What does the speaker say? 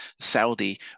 Saudi